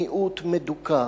מיעוט מדוכא,